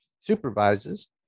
supervises